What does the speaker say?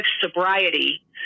sobriety